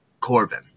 Corbin